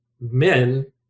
men